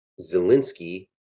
Zelensky